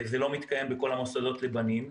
זה לא מתקיים בכל המוסדות לבנים.